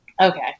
Okay